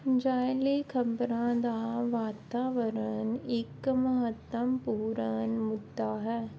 ਜਾਅਲੀ ਖ਼ਬਰਾਂ ਦਾ ਵਾਤਾਵਰਨ ਇੱਕ ਮਹੱਤਵਪੂਰਨ ਮੁੱਦਾ ਹੈ